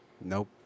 Nope